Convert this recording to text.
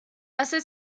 hace